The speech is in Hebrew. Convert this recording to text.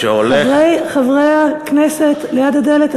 חברי הכנסת ליד הדלת,